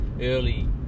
early